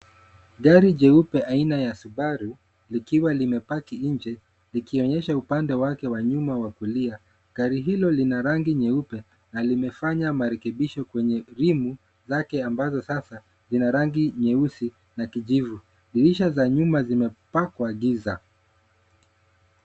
Gari jeupe aina ya Subaru likiwa limepaki nje, likionyesha upande wake wa nyuma wa kulia. Gari hilo lina rangi nyeupe na limefanya marekebisho kwenye rimu zake ambazo sasa zina rangi nyeusi na kijivu. Dirisha za nyuma zimepakwa giza.